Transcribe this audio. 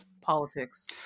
politics